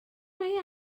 mae